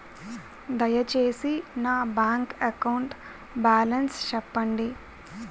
దయచేసి నా bank account balance చెప్పండి